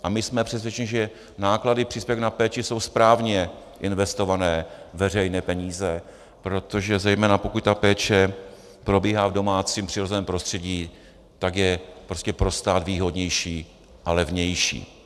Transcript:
A my jsme přesvědčeni, že náklady příspěvku na péči jsou správně investované veřejné peníze, protože zejména pokud péče probíhá v domácím přirozeném prostředí, je prostě pro stát výhodnější a levnější.